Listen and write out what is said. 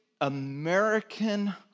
American